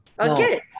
okay